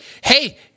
hey